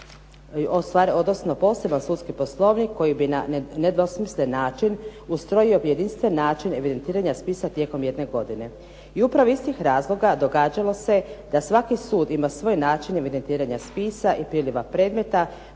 odnosno poseban sudski poslovnik koji bi na nedvosmislen način ustrojio jedinstven način evidentiranja spisa tijekom jedne godine. I upravo iz tih razloga događalo se da svaki sud ima svoje načine evidentiranja spisa i priliva predmeta,